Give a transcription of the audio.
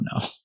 no